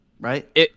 right